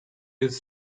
his